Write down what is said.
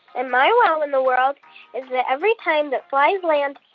and my wow in the world is that every time that flies land,